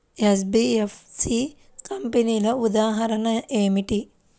NBFC కంపెనీల ఉదాహరణ ఏమిటి?